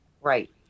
Right